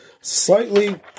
slightly